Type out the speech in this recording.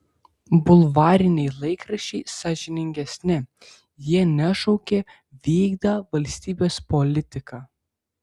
bulvariniai laikraščiai sąžiningesni jie nešaukia vykdą valstybės politiką